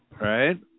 right